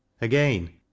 Again